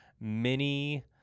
Mini